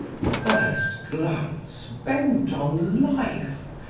first glance bent on life,